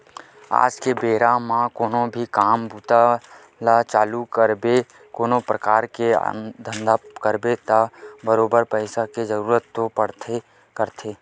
आज के बेरा म कोनो भी काम बूता ल चालू करबे कोनो परकार के धंधा करबे त बरोबर पइसा के जरुरत तो पड़बे करथे